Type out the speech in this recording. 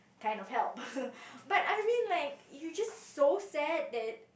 kind of help but I mean like you just so sad that